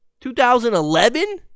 2011